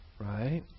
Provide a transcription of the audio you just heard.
Right